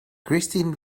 christine